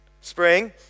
spring